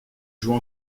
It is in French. joue